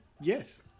yes